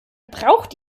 braucht